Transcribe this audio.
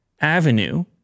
avenue